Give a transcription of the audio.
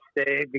stay